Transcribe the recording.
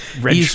Red